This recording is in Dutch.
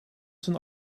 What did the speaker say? zijn